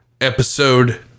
episode